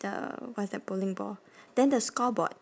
the what's that bowling ball then the scoreboard